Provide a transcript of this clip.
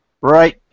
Right